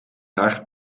haar